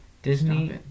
Disney